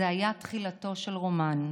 זה היה תחילתו של רומן,